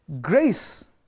Grace